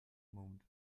mode